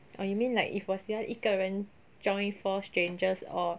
orh you mean like if 我喜欢一个人 join four strangers or